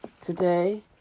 today